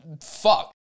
Fuck